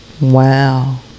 Wow